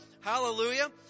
Hallelujah